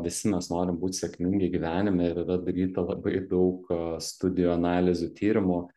visi mes norim būt sėkmingi gyvenime ir yra daryta labai daug studijų analizių tyrimų